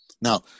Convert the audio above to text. Now